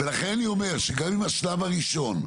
ולכן אני אומר, שגם אם השלב הראשון,